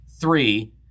Three